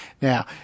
Now